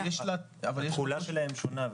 התחולה שלהן שונה,